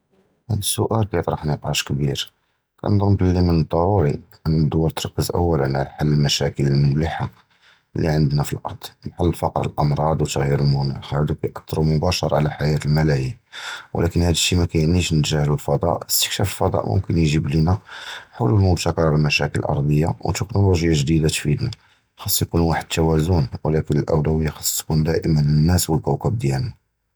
הַדָּא סוּאַל כִּיַּטְרַח נְקַאש קְבִיר, כּנְצַנּ בְּלִי מִן הַדַּרּוּרִיָּאן אִן הַדּוֹלָה תְּרַכִּז אוּלָא עַל חַלּ הַמַּשָּׁאקִיל הַמֻּלְחָה לִי עֲנְדְנָא פִי הָאָרֶץ, בְּחָאל הַפֻּקְר, הַאֻמְרָאד וְתַּغְיֵּיר הַמְּנָאח, הַדָּא כִּיתְאַתִּיר מֻבָּשַׁר עַל חַיַּאת הַמַּלּיּוֹנַאת, וְלָקִין הַדָּא שִׁי מַא כִּיַּעְנִי נְתַגָּהְּלוּ אֶת הַפַּצַ'א, אִסְתִּכְשַּׁאפ הַפַּצַ'א מֻכְנָה יְגִ'יב לִינָא חֻלוּל מֻבְתַכְּרָה לִמַּשָּׁאקִיל אֲרְדִיָּה וְטֶכְנוֹלוֹגְיָה גְּדִידָה תְּפִידְנָא, חַאסוּ יִקוּן וַחְד תַּוַאזּוּן וְלָקִין הָאוּלּוּיָה חַאס תִּקוּן לַנָּאס וְלַכּוּכַּב דִיָּאלְנָא.